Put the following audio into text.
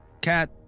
Cat